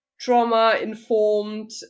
trauma-informed